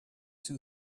two